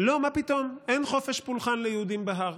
לא, מה פתאום, אין חופש פולחן ליהודים בהר.